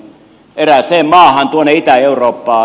erääseen maahan tuonne itä eurooppaan